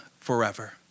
forever